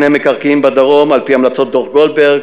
מקרקעין בדרום על-פי המלצות דוח גולדברג,